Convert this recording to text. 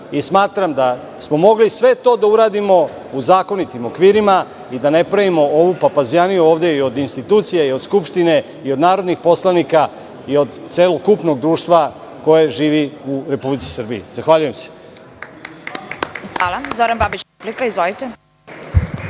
Smatram da smo mogli sve to da uradimo u zakonitim okvirima i da ne pravimo ovu papazjaniju ovde i od institucija i od Skupštine i od narodnih poslanika i od celokupnog društva koje živi u Republici Srbiji. Zahvaljujem se. **Vesna Kovač** Hvala. Reč